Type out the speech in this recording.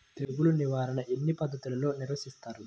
తెగులు నిర్వాహణ ఎన్ని పద్ధతుల్లో నిర్వహిస్తారు?